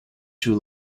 two